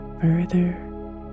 further